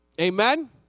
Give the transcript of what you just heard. Amen